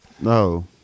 no